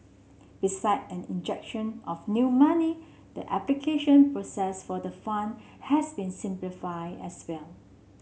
beside an injection of new money the application process for the fund has been simplified as well